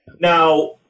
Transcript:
Now